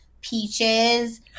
peaches